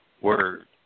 word